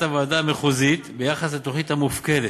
הוועדה המחוזית ביחס לתוכנית המופקדת,